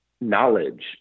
knowledge